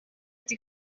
ati